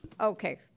Okay